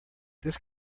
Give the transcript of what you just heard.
this